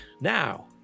now